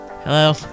hello